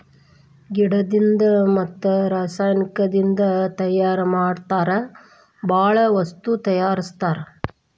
ಗಿಡದಿಂದ ಮತ್ತ ರಸಾಯನಿಕದಿಂದ ತಯಾರ ಮಾಡತಾರ ಬಾಳ ವಸ್ತು ತಯಾರಸ್ತಾರ